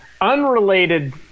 unrelated